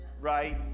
Right